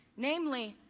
namely,